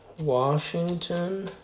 Washington